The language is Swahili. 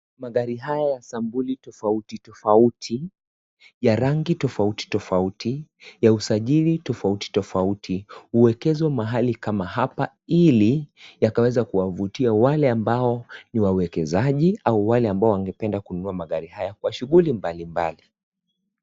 Magari haya ya sampuli tofauti tofauti ,ya rangi tofauti tofauti, ya usajili tofauti tofauti huwekezwa mahali kama hapa ,ili yakaweza kuwavutia wale ambao ni wawekezaji au wale ambao wangependa kununua magari haya Kwa shughuli tofauti tofauti.